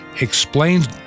explains